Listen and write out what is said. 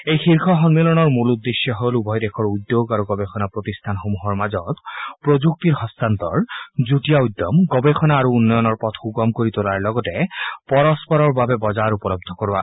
এই শীৰ্ষ সন্মিলনৰ মূল উদ্দেশ্য হ'ল উভয় দেশৰ উদ্যোগ আৰু গৱেষণা প্ৰতিষ্ঠানসমূহৰ মাজত প্ৰযুক্তিৰ হস্তান্তৰ যুটীয়া উদ্যম গৱেষণা আৰু উন্নয়নৰ পথ সুগম কৰি তোলাৰ লগতে পৰস্পৰৰ বাবে বজাৰ উপলদ্ধ কৰোৱা